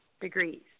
degrees